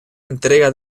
entrega